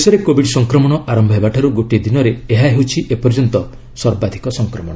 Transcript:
ଦେଶରେ କୋବିଡ ସଂକ୍ମଣ ଆରମ୍ଭ ହେବାଠାର୍ ଗୋଟିଏ ଦିନରେ ଏହା ହେଉଛି ଏପର୍ଯ୍ୟନ୍ତ ସର୍ବାଧିକ ସଂକ୍ରମଣ